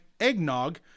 eggnog